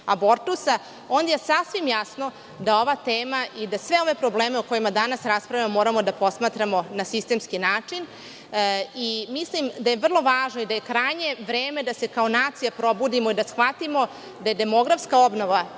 abortusa on je sasvim jasno da ova tema i da sve ove probleme o kojima danas raspravljamo moramo da posmatramo na sistemski način i mislim da je vrlo važno i da je krajnje vreme kao nacija probudimo i da shvatimo da je demografska obnova